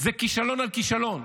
זה כישלון על כישלון,